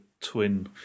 twin